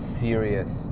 serious